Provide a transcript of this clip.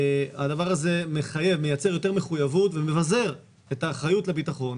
הדבר הזה מחייב ומייצר יותר מחויבות ומבזר את האחריות לביטחון